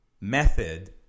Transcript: method